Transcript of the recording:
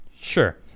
Sure